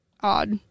odd